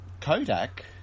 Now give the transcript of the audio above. Kodak